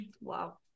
Wow